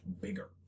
bigger